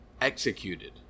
executed